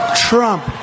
Trump